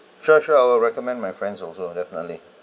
she sure I will recommend my friends also definitely